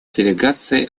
делегация